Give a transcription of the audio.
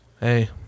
Hey